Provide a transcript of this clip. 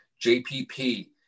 JPP